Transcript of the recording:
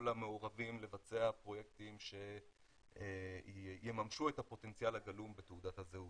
המעורבים לבצע פרויקטים שיממשו את הפוטנציאל הגלום בתעודת הזהות.